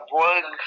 work